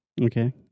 Okay